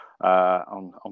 on